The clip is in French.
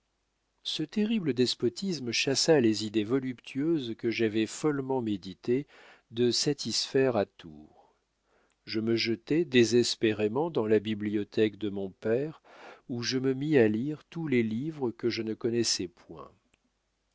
ce terrible despotisme chassa les idées voluptueuses que j'avais follement médité de satisfaire à tours je me jetai désespérément dans la bibliothèque de mon père où je me mis à lire tous les livres que je ne connaissais point